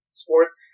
sports